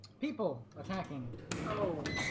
people attacking oh